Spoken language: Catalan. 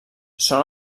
són